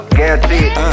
guaranteed